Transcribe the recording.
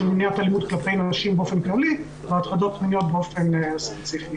מניעת אלימות כלפי נשים באופן כללי והטרדות מיניות באופן ספציפי.